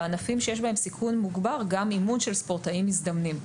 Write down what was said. בענפים שיש בהם סיכון מוגבר זה יכלול גם אימון של ספורטאים מזדמנים.